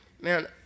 Man